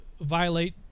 violate